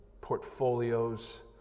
portfolios